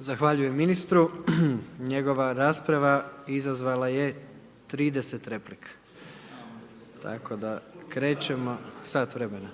Zahvaljujem ministru. Njegova rasprava izazvala je 30 replika, sat vremena.